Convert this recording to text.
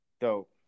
Dope